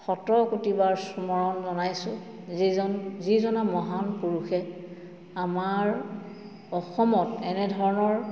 শত কৌটিবাৰ স্মৰণ জনাইছোঁ যিজন যিজনা মহান পুৰুষে আমাৰ অসমত এনেধৰণৰ